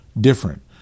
different